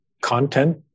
content